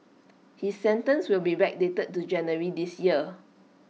his sentence will be backdated to January this year